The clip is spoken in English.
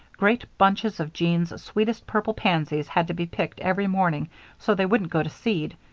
great bunches of jean's sweetest purple pansies had to be picked every morning so they wouldn't go to seed,